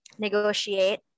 negotiate